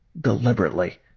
deliberately